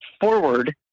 forward